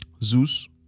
Zeus